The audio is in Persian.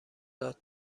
داد